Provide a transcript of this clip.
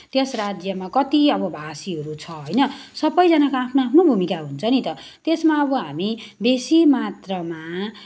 त्यस राज्यमा कति अब भाषीहरू छ होइन सबैजनाको आफ्नो आफ्नो भूमिका हुन्छ नि त त्यसमा अब हामी बेसी मात्रामा